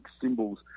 symbols